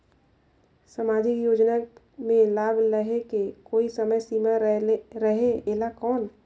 समाजिक योजना मे लाभ लहे के कोई समय सीमा रहे एला कौन?